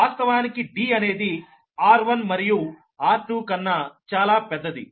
వాస్తవానికి D అనేది r1 మరియు r2 కన్నా చాలా పెద్దది